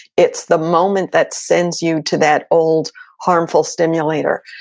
it's the moment that sends you to that old harmful stimulator.